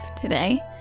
today